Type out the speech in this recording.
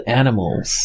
animals